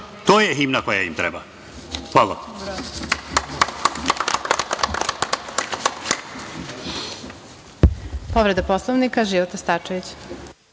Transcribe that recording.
To je himna koja im treba. Hvala.